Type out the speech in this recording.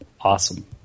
Awesome